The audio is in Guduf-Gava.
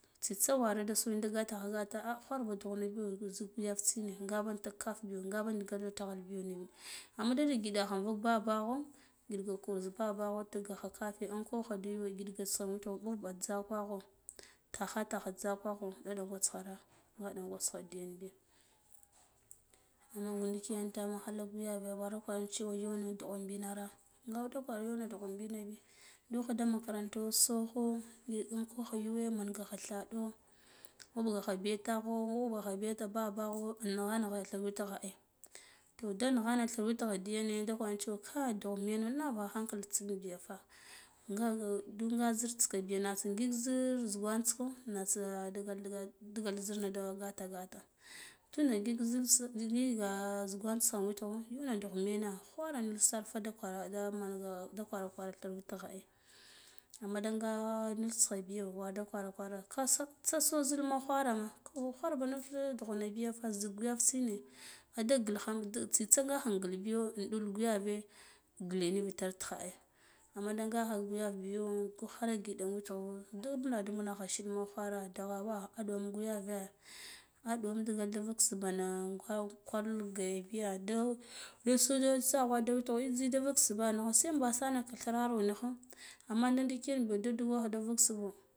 Ah tsitsa ware da so da gathakha gatha ah kwarba dughuna bi gutsuf yaftsine ngaba intuk kafe biyo ngaba in nigha witgha biyo amma giɗakha invak babakho giɗgako za babakho tikgakha za kafe inkolaha da yuwe bidig da sannu mɓuɓa jzakako takha takha jzakaka gwaɗi gwaskhara gwaɗa gwaska diyan bi ndiken tamo halak guyave gwara gwara timo koya cewa nga ude de gwarane cewa dughun bina bi nukhu da makaranta sokho da ungwo ko yuwe manga kha thaɗo ɓuɓa ga bi tano ghuɓuga da babakho nighe nigha thi witgha ai to da nagha na thur da witgha dane nave hankalita di kwar cewa vai dugh mine nava hankali tsine biya fa nga dunga zir tsika gbi natsa ngik zu tsiganka natsa di di gal da gata gata tunda ngin ngiga jzugwanke witgho une dugh mina khwara nu sarfa nda ghwara nda manga da khwara khwara tha witgha ai amma danga nustska biya wara da kwarakara kasok tsasok zil mugharema igaka ghwarba nuf du ghna bitafa zuk yaf tsine nda gilkha tsitsa ngakha ngilbiyo inɗuk ya gwave ngle niv tare tikha ai amma ngakcha da guyau biyo da kha giɗa in witgho da duma da muna nagha shim ghwara da ɓe aɗuwan gatare aɗuwanda vik subha nga in kwarnige biya dun da so da tsaghwaka da witgha in jzijze subhana sebasa nak thiraro nikho amma mila ndikin biyo da digwa subho.